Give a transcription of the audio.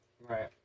Right